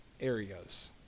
areas